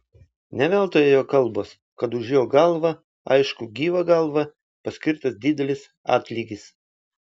ne veltui ėjo kalbos kad už jo galvą aišku gyvą galvą paskirtas didelis atlygis